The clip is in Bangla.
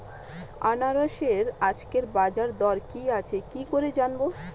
আনারসের আজকের বাজার দর কি আছে কি করে জানবো?